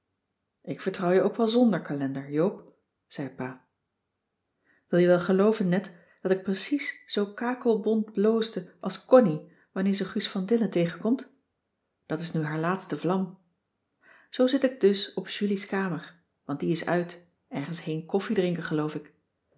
ik vertrouw je ook wel zonder kalender joop zei pa wil je wel gelooven net dat ik precies zoo kakelbont bloosde als connie wanneer ze guus van dillen tegenkomt dat is nu haar laatste vlam zoo zit ik dus op julie's kamer want die is uit ergens heen koffiedrinken geloof ik